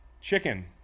chicken